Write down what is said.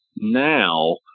Now